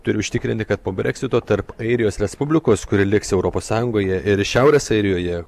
turi užtikrinti kad po breksito tarp airijos respublikos kuri liks europos sąjungoje ir šiaurės airijoje